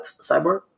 Cyborg